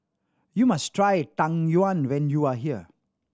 you must try Tang Yuen when you are here